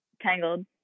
Tangled